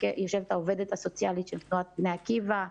יושבת העובדת הסוציאלית של תנועת בני עקיבא,